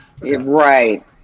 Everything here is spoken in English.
Right